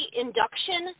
induction